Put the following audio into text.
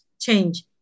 change